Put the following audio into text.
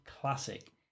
classic